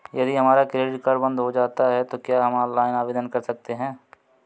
यदि हमारा credit card बंद हो जाता है तो क्या हम ऑनलाइन आवेदन कर सकते हैं?